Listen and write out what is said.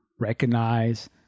recognize